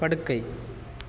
படுக்கை